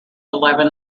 eleven